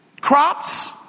crops